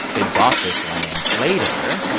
they bought this land later,